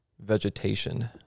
vegetation